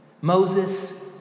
Moses